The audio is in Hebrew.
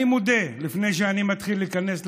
אני מודה, לפני שאני מתחיל להיכנס לנושא: